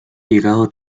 llegado